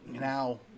Now